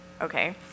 Okay